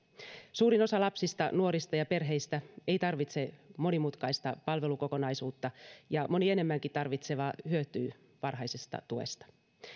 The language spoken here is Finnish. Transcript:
suurin osa lapsista nuorista ja perheistä ei tarvitse monimutkaista palvelukokonaisuutta ja moni enemmänkin tarvitseva hyötyy varhaisesta tuesta